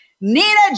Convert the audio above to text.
Nina